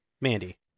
Mandy